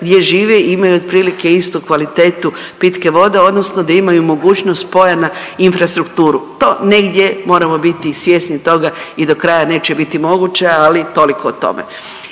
gdje žive i imaju otprilike istu kvaliteti pitke vode odnosno da imaju mogućnost spoja na infrastrukturu. To negdje moramo biti svjesni toga i do kraja neće biti moguće, ali toliko o tome.